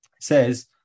says